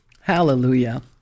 hallelujah